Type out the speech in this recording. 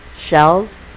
shells